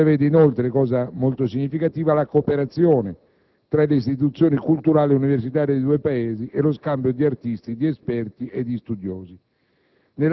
Si prevede, inoltre – cosa molto significativa – la cooperazione tra le istituzioni culturali universitarie dei due Paesi e lo scambio di artisti, di esperti e di studiosi.